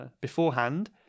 beforehand